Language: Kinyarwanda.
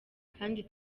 kandi